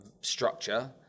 structure